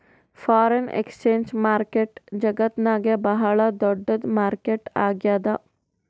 foreign exchange market ಜಗತ್ತ್ನಾಗೆ ಭಾಳ್ ದೊಡ್ಡದ್ ಮಾರುಕಟ್ಟೆ ಆಗ್ಯಾದ